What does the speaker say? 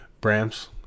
Bram's